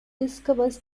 discovers